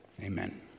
Amen